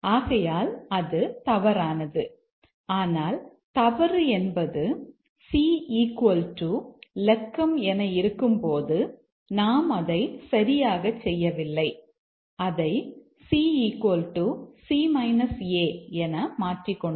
ஆகையால் அது தவறானது ஆனால் தவறு என்பது c இலக்கம் என இருக்கும்போது நாம் அதை சரியாகச் செய்யவில்லை அதை c c a என மாற்றிக்கொண்டோம்